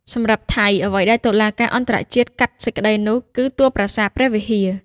សម្រាប់ថៃ អ្វីដែលតុលាការអន្ដរជាតិកាត់សេចក្ដីនោះ គឺតួប្រាសាទព្រះវិហារ។